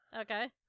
Okay